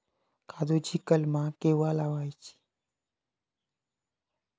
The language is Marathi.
काजुची कलमा केव्हा लावची?